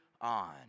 on